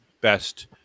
best